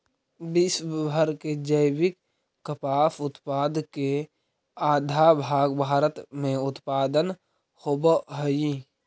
विश्व भर के जैविक कपास उत्पाद के आधा भाग भारत में उत्पन होवऽ हई